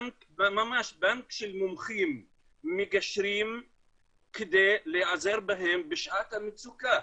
ממש בנק של מומחים מגשרים כדי להיעזר בהם בשעת מצוקה.